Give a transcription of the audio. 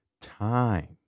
time